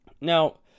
Now